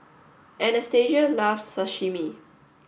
Anastasia loves Sashimi